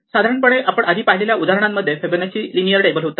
साधारणपणे आपण आधी पाहिलेल्या उदाहरणांमध्ये फिबोनाची लिनियर टेबल होता